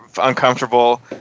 uncomfortable